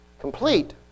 complete